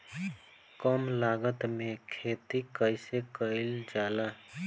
कम लागत में खेती कइसे कइल जाला?